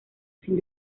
sin